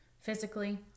physically